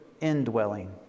indwelling